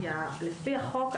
כי לפי החוק,